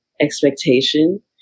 expectation